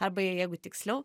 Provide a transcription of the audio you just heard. arba jeigu tiksliau